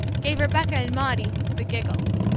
gave rebecca and maudie the giggles.